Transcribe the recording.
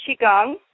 Qigong